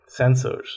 sensors